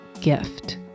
gift